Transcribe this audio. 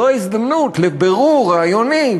זו ההזדמנות לבירור רעיוני,